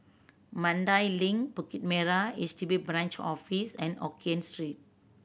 Mandai Link Bukit Merah H D B Branch Office and Hokkien Street